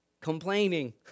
Complaining